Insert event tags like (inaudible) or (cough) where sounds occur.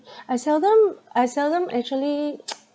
I seldom I seldom actually (noise)